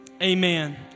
Amen